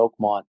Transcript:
Oakmont